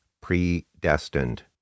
predestined